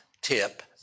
tip